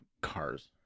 Cars